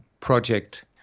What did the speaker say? project